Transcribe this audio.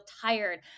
tired